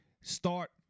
start